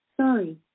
Sorry